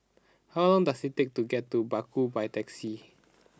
how long does it take to get to Baku by taxi